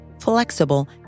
flexible